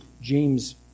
James